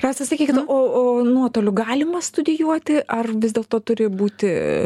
rasa sakykit o o nuotoliu galima studijuoti ar vis dėlto turi būti